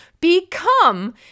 become